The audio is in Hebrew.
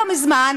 לא מזמן,